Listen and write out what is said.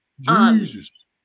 Jesus